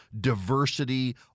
diversity